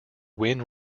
win